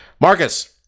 Marcus